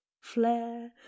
Flare